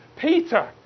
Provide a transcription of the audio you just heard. Peter